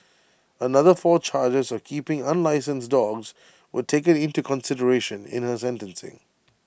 another four charges of keeping unlicensed dogs were taken into consideration in her sentencing